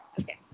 Okay